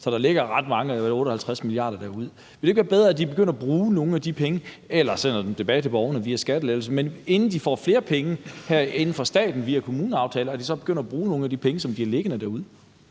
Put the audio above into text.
så der ligger ret mange penge, 58 mia. kr., derude. Ville det ikke være bedre, at de begyndte at bruge nogle af de penge eller sendte dem tilbage til borgerne via skattelettelser – at de, inden de får flere penge herinde fra staten via kommuneaftalerne, så begynder at bruge nogle af de penge, som de har liggende derude?